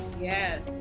Yes